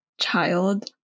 child